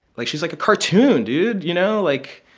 like, she's like a cartoon, dude, you know? like.